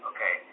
Okay